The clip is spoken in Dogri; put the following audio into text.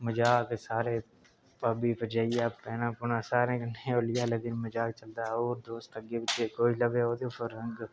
मजाक सारें ई भाबियें भरजाइयें ई भैनां भुना सारें ई किट्ठे होइयै दबी मजाक चलदा और दोस्त अग्गें पिच्छें कोई लब्भै ओह्दे उप्पर रंग